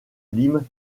limes